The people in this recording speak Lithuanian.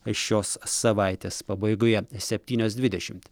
šios savaitės pabaigoje septynios dvidešimt